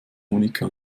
monika